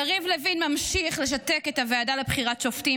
יריב לוין ממשיך לשתק את הוועדה לבחירת שופטים